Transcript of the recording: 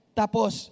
tapos